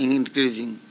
increasing